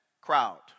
crowd